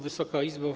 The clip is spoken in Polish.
Wysoka Izbo!